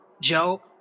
Joe